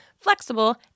flexible